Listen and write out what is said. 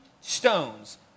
stones